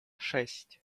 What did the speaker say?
шесть